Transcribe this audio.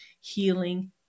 healing